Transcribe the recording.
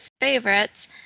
favorites